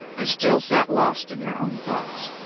and still sat lost in her own thoughts.